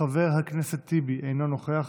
חבר הכנסת כסיף, אינו נוכח,